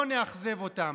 לא נאכזב אותם.